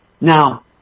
Now